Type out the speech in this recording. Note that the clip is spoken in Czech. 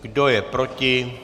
Kdo je proti?